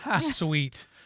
sweet